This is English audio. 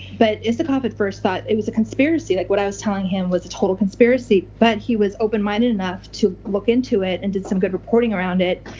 but isikoff at first thought it was a conspiracy, that like what i was telling him was a total conspiracy, but he was open-minded enough to look into it and did some good reporting around it.